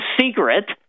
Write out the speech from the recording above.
secret